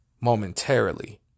momentarily